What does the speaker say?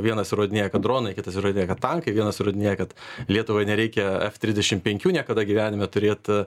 vienas įrodinėja kad dronai kitas įrodinėja kad tankai vienas įrodinėja kad lietuvai nereikia ef trisdešim penkių niekada gyvenime turėt